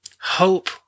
hope